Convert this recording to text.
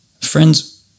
friends